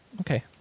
Okay